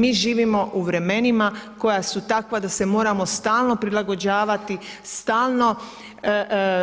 Mi živimo u vremenima koja su takva da se moramo stalo prilagođavati, stalno